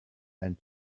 and